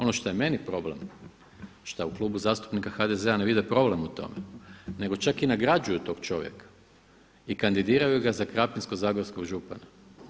Ono što je meni problem, šta u Klubu zastupnika HDZ-a ne vide problem u tome, nego čak i nagrađuju tog čovjeka i kandidiraju ga za Krapinsko-zagorskog župana.